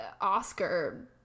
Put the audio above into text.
Oscar